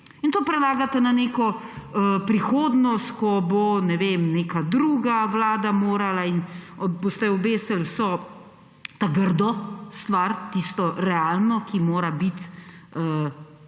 In to prelagate na neko prihodnost, ko bo, ne vem, neka druga vlada morala in boste obesili vso ta grdo stvar, tisto realno, ki mora biti